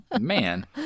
Man